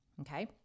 Okay